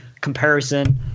comparison